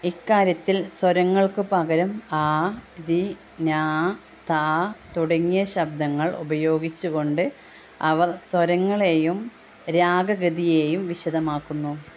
ഇക്കാര്യത്തിൽ സ്വരങ്ങൾക്കുപകരം ആ രി നാ താ തുടങ്ങിയ ശബ്ദങ്ങൾ ഉപയോഗിച്ചുകൊണ്ട് അവർ സ്വരങ്ങളെയും രാഗ ഗതിയേയും വിശദമാക്കുന്നു